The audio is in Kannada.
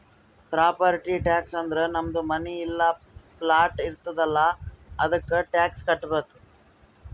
ಪ್ರಾಪರ್ಟಿ ಟ್ಯಾಕ್ಸ್ ಅಂದುರ್ ನಮ್ದು ಮನಿ ಇಲ್ಲಾ ಪ್ಲಾಟ್ ಇರ್ತುದ್ ಅಲ್ಲಾ ಅದ್ದುಕ ಟ್ಯಾಕ್ಸ್ ಕಟ್ಟಬೇಕ್